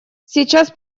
сейчас